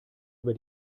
über